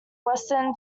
western